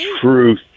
truth